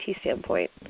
standpoint